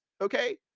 Okay